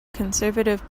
conservative